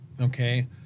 okay